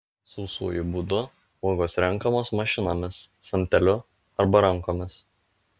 sausuoju būdu uogos renkamos mašinomis samteliu arba rankomis